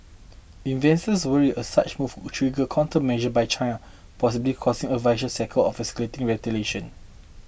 investors worry a such move could trigger countermeasures by China possibly causing a vicious cycle of escalating retaliation